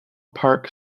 park